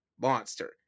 monster